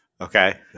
Okay